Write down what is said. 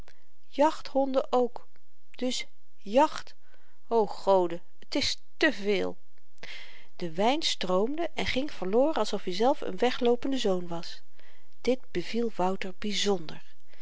jachthonden ook dus jacht o goden t is te veel de wyn stroomde en ging verloren alsof i zelf n wegloopende zoon was dit beviel wouter byzonder